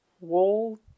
wall